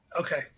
Okay